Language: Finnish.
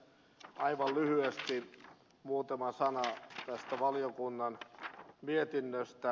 aivan lyhyesti muutama sana tästä valiokunnan mietinnöstä